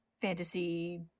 fantasy